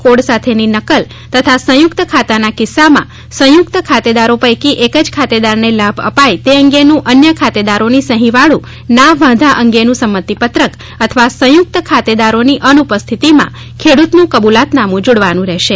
code સાથેની નકલ તથા સંયુક્ત ખાતાના કિસ્સામાં સંયુક્ત ખાતેદારો પૈકી એક જ ખાતેદારને લાભ અપાય તે અંગેનું અન્ય ખાતેદારોની સહી વાળુ ના વાંધા અંગેનું સંમતિ પત્રક અથવા સંયુક્ત ખાતેદારોની અનુપસ્થિતિમાં ખેડૂતનું કબૂલાતનામુ જોડવાનું રહેશે